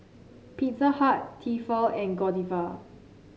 Pizza Hut Tefal and Godiva